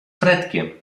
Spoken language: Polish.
fredkiem